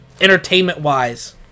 entertainment-wise